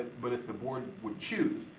but if the board would choose,